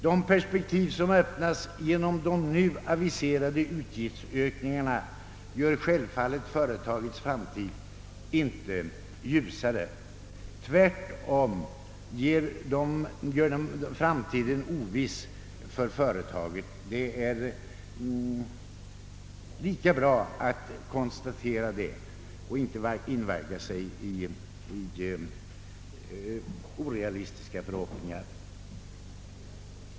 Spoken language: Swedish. De perspektiv som öppnas genom de nu aviserade utgiftsökningarna gör självfallet inte företagets utsikter ljusare. Tvärtom gör de dess framtid oviss; det är lika bra att konstatera det och inte invagga sig i orealistiska förhoppningar.